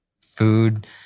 food